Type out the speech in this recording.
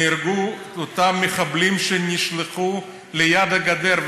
נהרגו אותם מחבלים שנשלחו ליד הגדר.